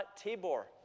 Tabor